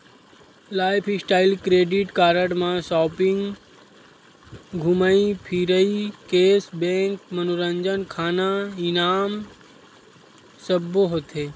lifestyle credit card म shopping, धूमई फिरई, केस बेंक, मनोरंजन, खाना, इनाम सब्बो होथे